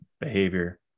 behavior